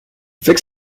fix